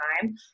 time